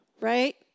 Right